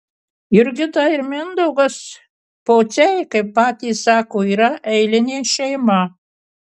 jurgita ir mindaugas pociai kaip patys sako yra eilinė šeima